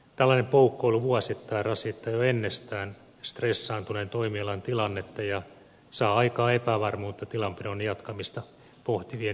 tällainen poukkoilu vuosittain rasittaa jo ennestään stressaantuneen toimialan tilannetta ja saa aikaan epävarmuutta tilanpidon jatkamista pohtivien henkilöitten osalta